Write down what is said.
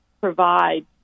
provide